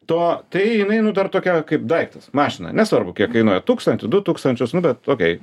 to tai jinai nu dar tokia kaip daiktas mašina nesvarbu kiek kainuoja tūkstantį du tūkstančius nu bet okay